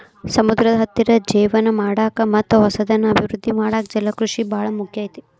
ಸಮುದ್ರದ ಹತ್ತಿರ ಜೇವನ ಮಾಡಾಕ ಮತ್ತ್ ಹೊಸದನ್ನ ಅಭಿವೃದ್ದಿ ಮಾಡಾಕ ಜಲಕೃಷಿ ಬಾಳ ಮುಖ್ಯ ಐತಿ